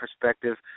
perspective